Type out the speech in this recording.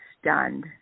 stunned